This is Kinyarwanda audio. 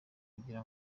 kugira